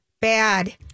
bad